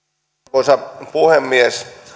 arvoisa puhemies